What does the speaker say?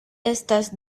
estas